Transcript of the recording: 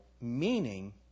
meaning